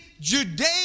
Judea